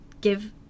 give